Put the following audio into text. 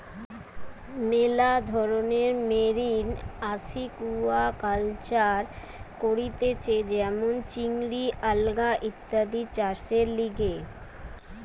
মেলা ধরণের marine aquaculture করতিছে যেমন চিংড়ি, আলগা ইত্যাদি চাষের লিগে